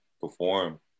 perform